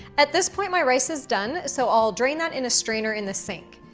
at this point, my rice is done, so i'll drain that in a strainer in the sink.